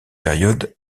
période